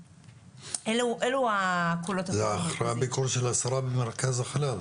אלו הקולות --- זה אחרי הביקור של השרה במרכז החלל?